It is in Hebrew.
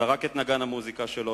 זרק את נגן המוזיקה שלו,